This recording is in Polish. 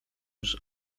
już